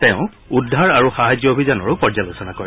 তেওঁ উদ্ধাৰ আৰু সাহায্য অভিযানৰো পৰ্যালোচনা কৰে